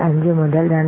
75 മുതൽ 2